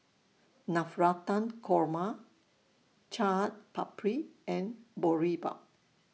Navratan Korma Chaat Papri and Boribap